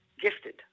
gifted